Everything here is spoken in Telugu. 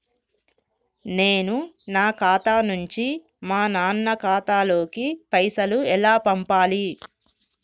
నేను నా ఖాతా నుంచి మా నాన్న ఖాతా లోకి పైసలు ఎలా పంపాలి?